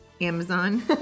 Amazon